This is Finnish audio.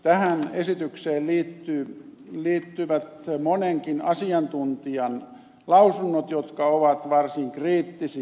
tähän esitykseen liittyvät monenkin asiantuntijan lausunnot jotka ovat varsin kriittisiä